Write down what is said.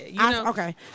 Okay